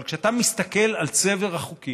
אבל כשאתה מסתכל על צבר החוקים